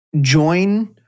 join